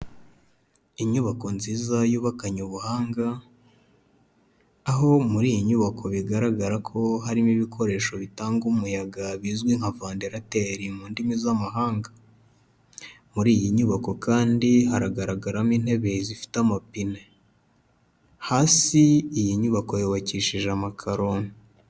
Inyubako nziza yubakanye ubuhanga, aho muri iyi nyubako bigaragara ko harimo ibikoresho bitanga umuyaga bizwi nka vandarateri mu ndimi z'amahanga, muri iyi nyubako kandi haragaragaramo intebe zifite amapine, hasi iyi nyubako yubakishije amakaro.